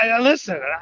Listen